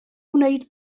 wneud